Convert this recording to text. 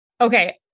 Okay